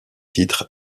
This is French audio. titre